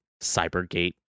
cybergate